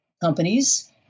companies